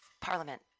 Parliament